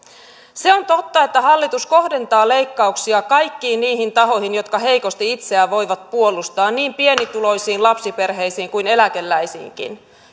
se on totta että hallitus kohdentaa leikkauksia kaikkiin niihin tahoihin jotka heikosti itseään voivat puolustaa niin pienituloisiin lapsiperheisiin kuin eläkeläisiinkin